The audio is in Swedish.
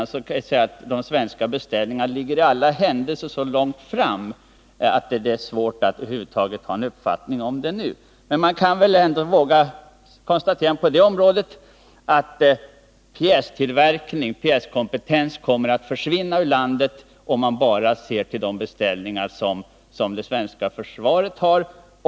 I alla händelser ligger de svenska beställningarna så långt fram i tiden att det är svårt att över huvud taget ha en uppfattning i den här frågan nu, men man kan ändå våga konstatera att kompetensen när det gäller pjästillverkning kommer att försvinna ur landet om vi bara räknar med de beställningar som det svenska försvaret kommer att göra.